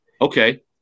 okay